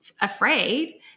afraid